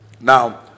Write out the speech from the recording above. now